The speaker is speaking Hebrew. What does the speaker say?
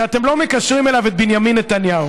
שאתם לא מקשרים אליו את בנימין נתניהו.